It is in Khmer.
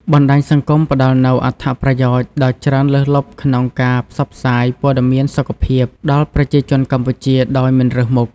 បណ្តាញសង្គមផ្តល់នូវអត្ថប្រយោជន៍ដ៏ច្រើនលើសលប់ក្នុងការផ្សព្វផ្សាយព័ត៌មានសុខភាពដល់ប្រជាជនកម្ពុជាដោយមិនរើសមុខ។